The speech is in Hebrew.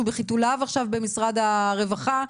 הוא בחיתוליו במשרד הרווחה?